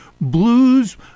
blues